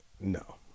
No